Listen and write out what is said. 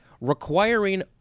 requiring